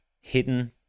hidden